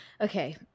Okay